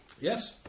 Yes